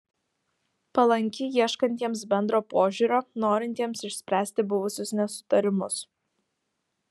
palanki ieškantiems bendro požiūrio norintiems išspręsti buvusius nesutarimus